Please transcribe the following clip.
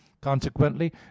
consequently